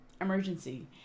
emergency